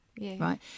right